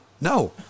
No